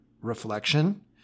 reflection